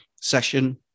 session